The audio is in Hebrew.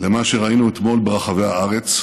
למה שראינו אתמול ברחבי הארץ,